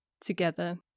together